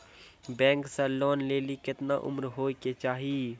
Bank से loan लेली केतना उम्र होय केचाही?